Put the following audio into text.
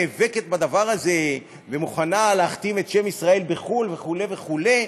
למה היא נאבקת בדבר הזה ומוכנה להכתים את שם ישראל בחו"ל וכו' וכו'?